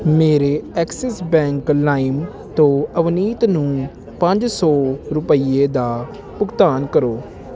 ਮੇਰੇ Axis Bank ਲਾਇਮ ਤੋਂ ਅਵਨੀਤ ਨੂੰ ਪੰਜ ਸੋ ਰੁਪਈਏ ਦਾ ਭੁਗਤਾਨ ਕਰੋ